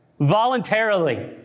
Voluntarily